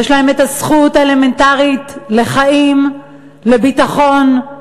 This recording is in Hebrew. יש להם הזכות האלמנטרית לחיים, לביטחון,